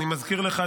אני מזכיר לך,